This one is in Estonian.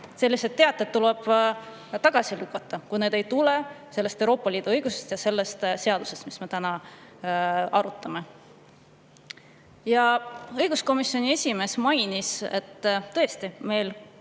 need teated tuleb tagasi lükata, kui need ei tulene Euroopa Liidu õigusest ja sellest seadusest, mida me täna arutame. Õiguskomisjoni esimees mainis, et meil